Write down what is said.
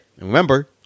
remember